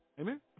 Amen